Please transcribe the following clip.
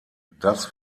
das